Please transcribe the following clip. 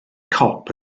cop